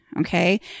Okay